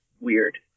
weird